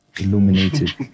Illuminated